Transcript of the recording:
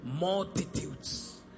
multitudes